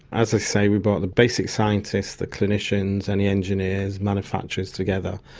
as i say, we brought the basic scientists, the clinicians and the engineers, manufacturers together.